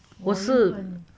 我是